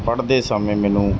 ਪੜ੍ਹਦੇ ਸਮੇਂ ਮੈਨੂੰ